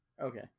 Okay